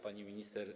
Pani Minister!